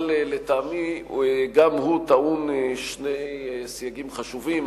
אבל לטעמי גם הוא טעון שני סייגים חשובים.